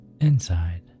inside